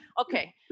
okay